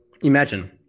Imagine